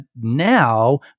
now